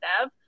dev